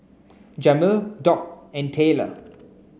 Jamil Doc and Tayler